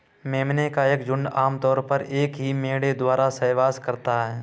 मेमने का एक झुंड आम तौर पर एक ही मेढ़े द्वारा सहवास करता है